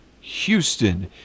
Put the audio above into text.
Houston